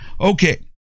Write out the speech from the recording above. okay